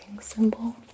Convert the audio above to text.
symbol